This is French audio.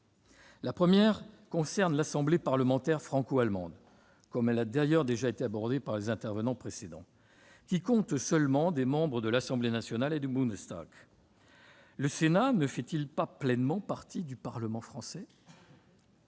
La première a trait à l'Assemblée parlementaire franco-allemande, point déjà abordé par les intervenants précédents. Celle-ci compte seulement des membres de l'Assemblée nationale et du Bundestag. Le Sénat ne fait-il pas pleinement partie du Parlement français ?